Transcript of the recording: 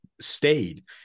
stayed